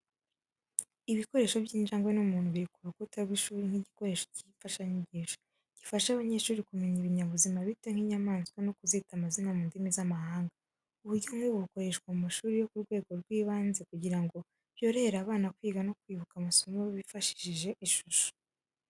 Ibishushanyo by'injangwe n'umuntu biri ku rukuta rw’ishuri nk’igikoresho cy’imfashanyigisho. Gifasha abanyeshuri kumenya ibinyabuzima bito nk’inyamaswa no kuzita amazina mu ndimi z’amahanga. Uburyo nk’ubu bukoreshwa mu mashuri yo ku rwego rw’ibanze kugira ngo byorohere abana kwiga no kwibuka amasomo bifashishije ishusho.